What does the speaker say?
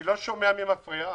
אני לא שומע מי מפריע.